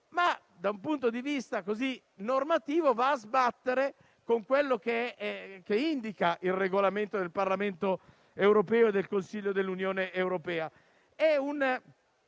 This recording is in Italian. da un punto di vista normativo, va a sbattere con quanto indica il Regolamento del Parlamento europeo e del Consiglio dell'Unione europea?